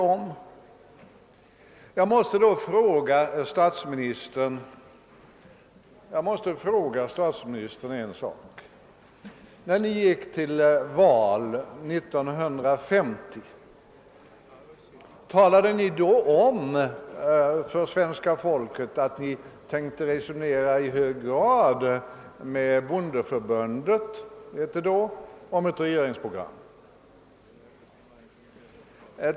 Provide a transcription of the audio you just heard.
Jag måste då fråga statsministern om en sak. När ni gick till val 1950, talade ni då om för svenska folket att ni efter valet tänkte resonera med bondeförbundet som det då hette om ett regeringsprogram?